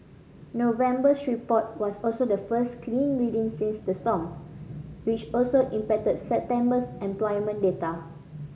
November's report was also the first clean reading since the storm which also impacted September's employment data